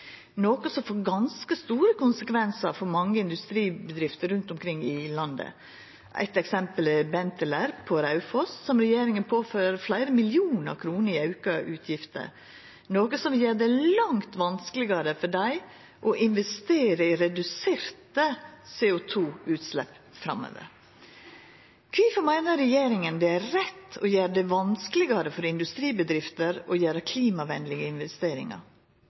noko som får ganske store konsekvensar for mange industribedrifter rundt omkring i landet. Eit eksempel er Benteler på Raufoss, som regjeringa påfører fleire millionar kroner i auka utgifter, noko som gjer det langt vanskelegare for dei å gjera investeringar for å redusera CO 2 -utsleppa framover. Kvifor meiner regjeringa det er rett å gjera det vanskelegare for industribedrifter å gjera klimavennlege investeringar?